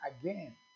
again